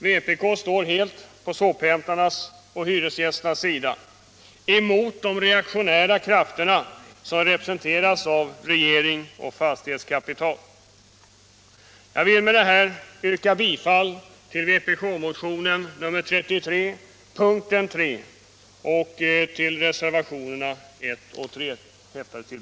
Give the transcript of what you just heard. Vpk står helt på sophämtarnas och hyresgästernas sida emot de reaktionära krafterna, som representeras av regering och fastighetskapital.